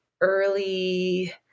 early